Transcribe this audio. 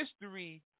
History